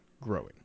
growing